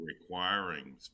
requiring